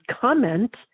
comment